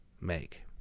make